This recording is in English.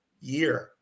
year